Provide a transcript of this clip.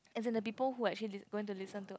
as in the people who are actually going to listen to us